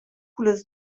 cullas